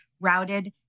routed